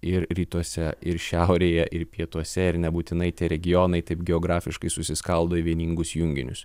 ir rytuose ir šiaurėje ir pietuose ir nebūtinai tie regionai taip geografiškai susiskaldo į vieningus junginius